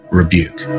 rebuke